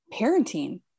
parenting